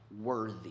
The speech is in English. worthy